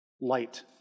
Light